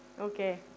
Okay